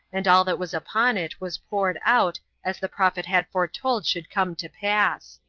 and all that was upon it was poured out, as the prophet had foretold should come to pass.